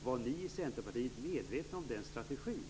Var ni i Centerpartiet medvetna om den strategin?